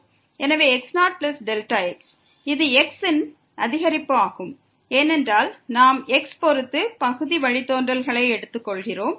எனவே x0Δx இது x இன் அதிகரிப்பு ஆகும் ஏனென்றால் நாம் x பொறுத்து பகுதி வழித்தோன்றல்களை எடுத்துக்கொள்கிறோம்